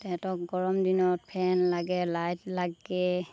তাহাঁতক গৰম দিনত ফেন লাগে লাইট লাগে